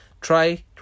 try